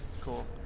Cool